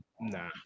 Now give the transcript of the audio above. nah